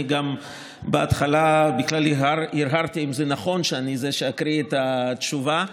אני בהתחלה בכלל הרהרתי אם זה נכון שאני זה שאקריא את התשובה.